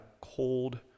cold